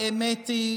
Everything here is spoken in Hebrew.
האמת היא,